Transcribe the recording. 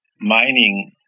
mining